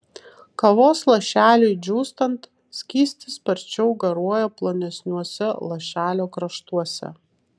kavos lašeliui džiūstant skystis sparčiau garuoja plonesniuose lašelio kraštuose